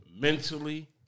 Mentally